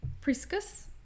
Priscus